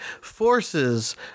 forces